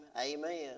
amen